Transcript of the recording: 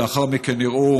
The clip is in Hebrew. שלאחר מכן הראו